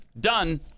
done